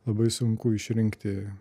labai sunku išrinkti